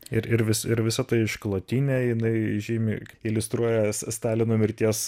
ir ir vis ir visa ta išklotinė jinai žymi iliustruoja stalino mirties